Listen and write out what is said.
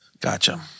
Gotcha